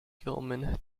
gilman